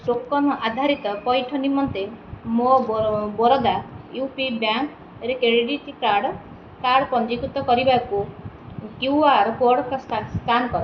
token ଆଧାରିତ ପଇଠ ନିମନ୍ତେ ମୋ ବରୋଦା ୟୁ ପି ବ୍ୟାଙ୍କ୍ରେ କ୍ରେଡ଼ିଟ୍ କାର୍ଡ଼୍ କାର୍ଡ଼୍ ପଞ୍ଜୀକୃତ କରିବାକୁ କ୍ୟୁ ଆର୍ କୋଡ଼୍ ସ୍କାନ୍ କର